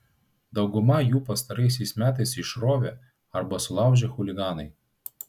daugumą jų pastaraisiais metais išrovė arba sulaužė chuliganai